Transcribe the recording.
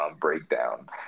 breakdown